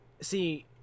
see